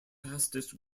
fastest